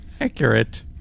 accurate